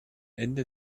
ende